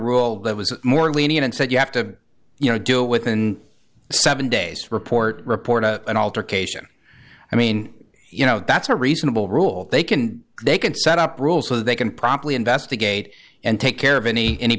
rule that was more lenient and said you have to you know do it within seven days report report to an altercation i mean you know that's a reasonable rule they can they can set up rules so they can properly investigate and take care of any any